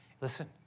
Listen